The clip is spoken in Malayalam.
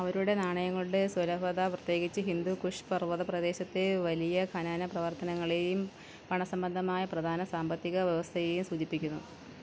അവരുടെ നാണയങ്ങളുടെ സുലഭത പ്രത്യേകിച്ച് ഹിന്ദുകുഷ് പർവ്വത പ്രദേശത്തെ വലിയ ഖനന പ്രവർത്തനങ്ങളെയും പണ സംബന്ധമായ പ്രധാന സാമ്പത്തിക വ്യവസ്ഥയെയും സൂചിപ്പിക്കുന്നു